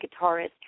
guitarist